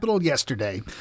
Yesterday